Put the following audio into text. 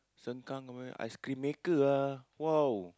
Sengkang where ice cream maker ah !wow!